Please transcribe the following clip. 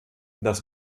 das